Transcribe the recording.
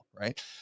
right